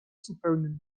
zupełnym